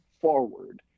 forward